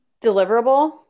deliverable